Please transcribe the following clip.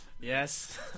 Yes